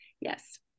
Yes